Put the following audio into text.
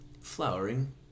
flowering